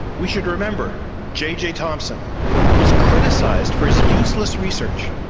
we should remember jj thomson who was criticised for his useless research.